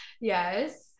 Yes